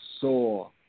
saw